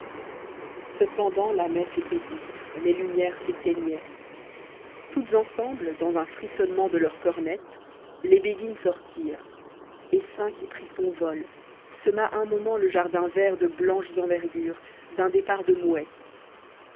cependant la messe était dite les lumières s'éteignaient toutes ensemble dans un frissonnement de leurs cornettes les béguines sortirent essaim qui prit son vol sema un moment le jardin vert de blanches envergures d'un départ de mouettes